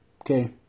Okay